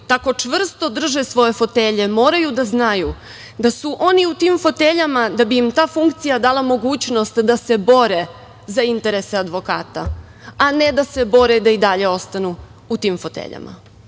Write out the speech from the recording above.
tako čvrsto drže svoje fotelje moraju da znaju da su oni u tim foteljama, da bi im ta funkcija dala mogućnost da se bore za interese advokata a ne da se bore da i dalje ostanu u tim foteljama.